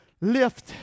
lift